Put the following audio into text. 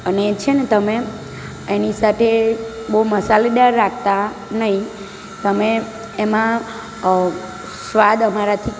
અને છે ને તમે એની સાથે બહુ મસાલેદાર રાખતા નહીં તમે એમાં સ્વાદ અમારાથી